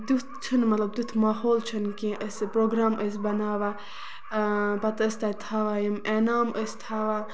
تیُتھ چھُنہٕ مطلب تیُتھ ماحول چھُنہٕ کیٚنہہ أسۍ یہِ پروگریم ٲسۍ بَناوان پَتہٕ ٲسۍ تَتہِ ہاوان یِم اینام ٲسۍ تھاوان